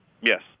Yes